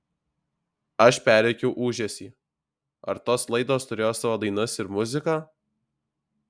aš perrėkiau ūžesį ar tos laidos turėjo savo dainas ir muziką